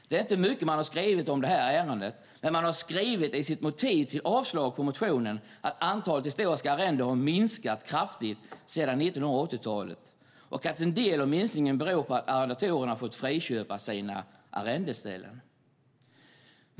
Det är inte mycket man har skrivit om detta ärende, men man har skrivit i sitt motiv till avslag på motionen att antalet historiska arrenden har minskat kraftigt sedan 1980-talet och att en del av minskningen beror på att arrendatorerna har fått friköpa sina arrendeställen.